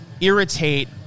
irritate